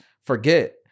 forget